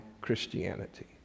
christianity